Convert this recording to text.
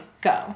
go